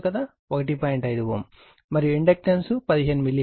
5 Ω మరియు inductance 15 milli henry